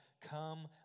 come